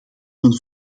men